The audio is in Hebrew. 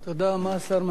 מה השר מציע?